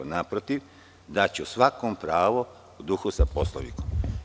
Naprotiv, daću svakom pravo u duhu sa Poslovnikom.